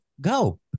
go